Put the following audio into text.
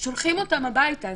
שולחים אותם הביתה,